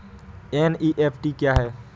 NEFT क्या होता है?